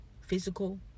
physical